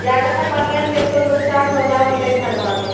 ज्यादा पनिया से तो नुक्सान हो जा होतो धनमा में?